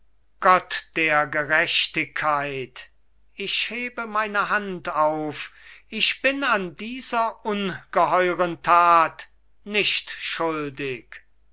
gott der gerechtigkeit ich hebe meine hand auf ich bin an dieser ungeheuren tat nicht schuldig